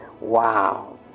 Wow